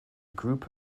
group